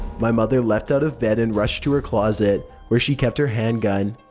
my mother leapt out of bed and rushed to her closet, where she kept her handgun.